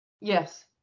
Yes